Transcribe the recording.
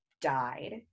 died